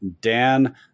Dan